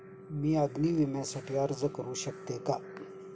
मी अग्नी विम्यासाठी अर्ज करू शकते का?